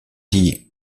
though